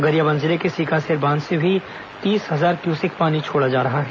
गरियाबंद जिले के सिकासेर बांध से भी तीस हजार क्यूसेक पानी छोड़ा जा रहा है